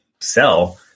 sell